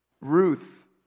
Ruth